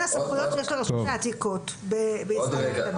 הסמכויות שיש לרשות העתיקות בישראל הקטנה?